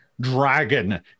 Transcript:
dragon